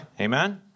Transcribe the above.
Amen